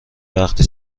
وقتی